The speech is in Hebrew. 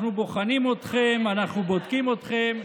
אנחנו בוחנים אתכם, אנחנו בודקים אתכם,